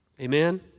Amen